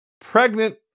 pregnant